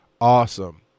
awesome